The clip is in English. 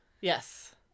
Yes